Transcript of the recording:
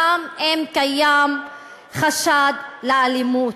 גם אם קיים חשד לאלימות.